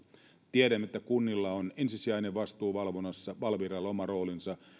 tiedän että kunnilla on ensisijainen vastuu valvonnassa valviralla oma roolinsa